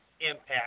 Impact